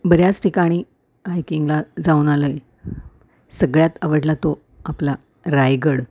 बऱ्याच ठिकाणी हायकिंगला जाऊन आलोय सगळ्यात आवडला तो आपला रायगड